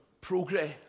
progress